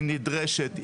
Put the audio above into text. היא נדרשת,